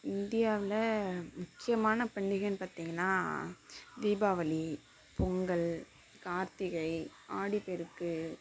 இந்தியாவில் முக்கியமான பண்டிகைனு பார்த்திங்கன்னா தீபாவளி பொங்கல் கார்த்திகை ஆடிப்பெருக்கு